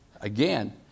Again